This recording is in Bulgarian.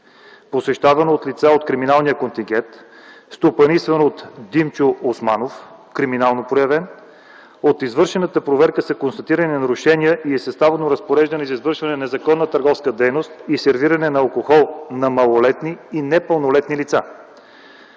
посещавано от лица от криминалния контингент, стопанисвано от Димчо Османов – криминално проявен. От извършената проверка са констатирани нарушения и е съставено разпореждане за извършване на незаконна търговска дейност и сервиране на алкохол на малолетни и непълнолетни лица.